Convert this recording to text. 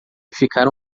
ficaram